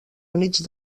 units